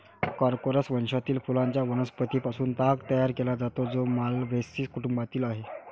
Corchorus वंशातील फुलांच्या वनस्पतीं पासून ताग तयार केला जातो, जो माल्व्हेसी कुटुंबातील आहे